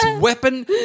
weapon